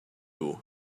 haut